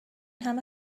همه